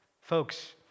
Folks